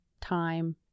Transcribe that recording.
time